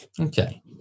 Okay